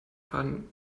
von